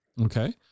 Okay